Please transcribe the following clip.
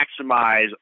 maximize